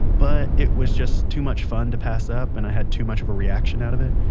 but, it was just too much fun to pass up and i had too much of a reaction out of it.